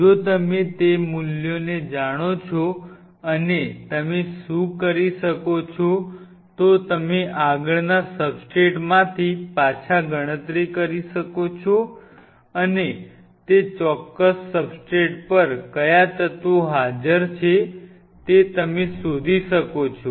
જો તમે તે મૂલ્યને જાણો છો અને તમે શું કરી શકો છો તો તમે આગળનાં સબસ્ટ્રેટમાંથી પાછા ગણતરી કરી શકો છો અને તે ચોક્કસ સબસ્ટ્રેટ પર કયા તત્વો હાજર છે તે તમે શોધી શકો છો